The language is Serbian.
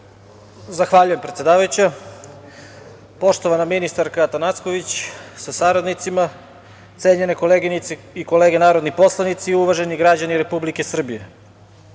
Zahvaljujem predsedavajuća. Poštovana ministarka Atanacković sa saradnicima, cenjene koleginice i kolege narodni poslanici, uvaženi građani Republike Srbije,